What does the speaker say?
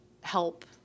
help